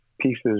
pieces